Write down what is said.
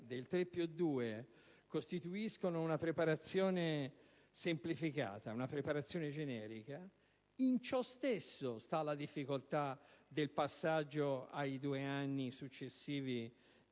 dei corsi «3+2» costituiscono una preparazione semplificata, generica, in ciò stesso sta la difficoltà del passaggio ai due anni successivi